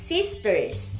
Sisters